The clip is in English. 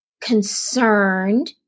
concerned